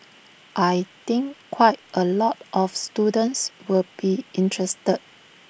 I think quite A lot of students will be interested